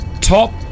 top